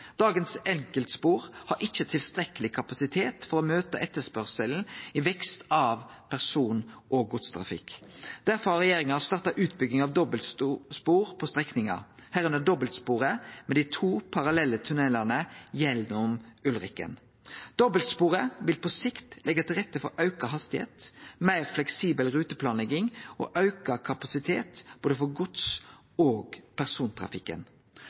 Dagens enkeltspor har ikkje tilstrekkeleg kapasitet til å møte etterspurnaden som kjem av vekst i person- og godstrafikk. Derfor har regjeringa starta utbygging av dobbeltspor på strekninga, medrekna dobbeltsporet med dei to parallelle tunnelane gjennom Ulriken. Dobbeltsporet vil på sikt leggje til rette for auka hastigheit, meir fleksibel ruteplanlegging og auka kapasitet for både gods- og persontrafikken.